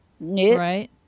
right